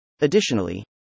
Additionally